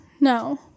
No